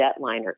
jetliner